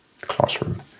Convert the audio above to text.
classroom